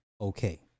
okay